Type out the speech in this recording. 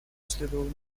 следовало